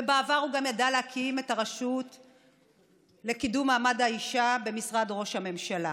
ובעבר הוא גם ידע להקים את הרשות לקידום מעמד האישה במשרד ראש הממשלה.